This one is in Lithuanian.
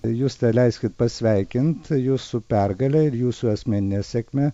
juste leiskit pasveikint jus su pergale ir jūsų asmenine sėkme